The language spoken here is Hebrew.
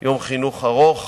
ליום חינוך ארוך